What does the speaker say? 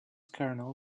kernel